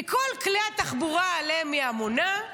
מכל כלי התחבורה שעליהם היא אמונה,